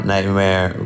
Nightmare